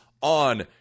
on